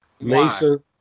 Mason